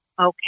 Okay